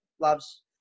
Loves